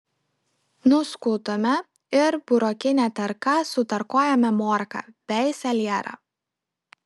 nuskutame ir burokine tarka sutarkuojame morką bei salierą